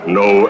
no